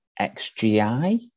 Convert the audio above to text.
XGI